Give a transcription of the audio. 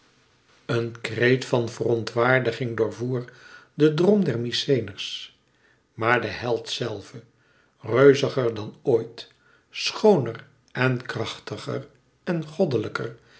een kreet van verontwaardiging doorvoer den drom der mykenæërs maar de held zelve reuziger dan ooit schooner en krachtiger en goddelijker